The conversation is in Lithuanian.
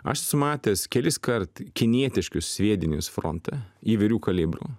aš esu matęs keliskart kinietiškus sviedinius fronte įvairių kalibrų